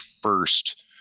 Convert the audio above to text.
first